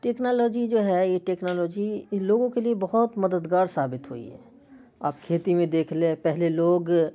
technology جو ہے یہ ٹیکنالوجی لوگوں کے لیے بہت مددگار ثابت ہوئی ہے آپ کھیتی میں دیکھ لیں پہلے لوگ